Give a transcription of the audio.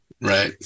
right